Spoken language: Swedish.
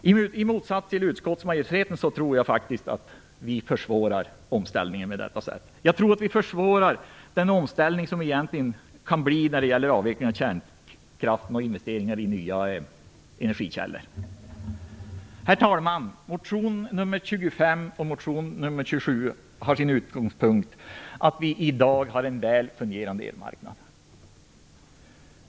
I motsats till utskottsmajoriteten tror jag faktiskt att omställningen därmed försvåras. Jag tror alltså att vi försvårar den omställning som egentligen kan ske när det gäller avvecklingen av kärnkraften och investeringar i nya energikällor. Herr talman! Motionerna N25 och N27 har som utgångspunkt att vi i dag har en väl fungerande elmarknad.